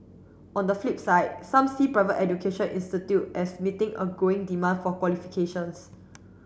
on the flip side some see private education institute as meeting a growing demand for qualifications